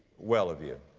well of you.